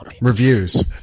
reviews